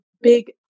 big